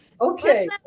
Okay